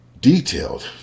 detailed